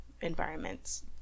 environments